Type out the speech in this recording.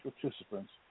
participants